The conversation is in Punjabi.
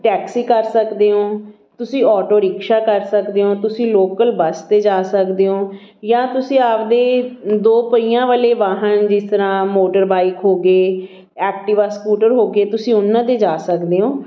ਟੈਕਸੀ ਕਰ ਸਕਦੇ ਹੋ ਤੁਸੀਂ ਆਟੋ ਰਿਕਸ਼ਾ ਕਰ ਸਕਦੇ ਹੋ ਤੁਸੀਂ ਲੋਕਲ ਬੱਸ 'ਤੇ ਜਾ ਸਕਦੇ ਹੋ ਜਾਂ ਤੁਸੀਂ ਆਪਦੇ ਦੋ ਪਹੀਆਂ ਵਾਲੇ ਵਾਹਨ ਜਿਸ ਤਰ੍ਹਾਂ ਮੋਟਰ ਬਾਈਕ ਹੋ ਗਏ ਐਕਟੀਵਾ ਸਕੂਟਰ ਹੋ ਗਏ ਤੁਸੀਂ ਉਹਨਾਂ 'ਤੇ ਜਾ ਸਕਦੇ ਹੋ